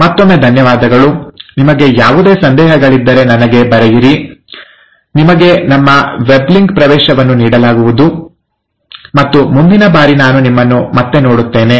ಮತ್ತೊಮ್ಮೆ ಧನ್ಯವಾದಗಳು ನಿಮಗೆ ಯಾವುದೇ ಸಂದೇಹಗಳಿದ್ದರೆ ನನಗೆ ಬರೆಯಿರಿ ನಿಮಗೆ ನಮ್ಮ ವೆಬ್ಲಿಂಕ್ ಗೆ ಪ್ರವೇಶವನ್ನು ನೀಡಲಾಗುವುದು ಮತ್ತು ಮುಂದಿನ ಬಾರಿ ನಾನು ನಿಮ್ಮನ್ನು ಮತ್ತೆ ನೋಡುತ್ತೇನೆ